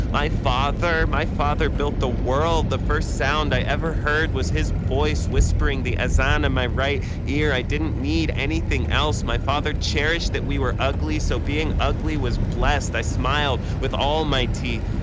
my father, my father built the world. the first sound i ever heard was his voice whispering the azan in and my right ear. i didn't need anything else. my father cherished that we were ugly, so being ugly was blessed. i smiled with all my teeth